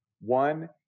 One